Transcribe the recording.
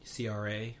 CRA